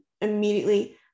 immediately